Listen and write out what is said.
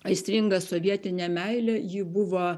aistringą sovietinę meilę ji buvo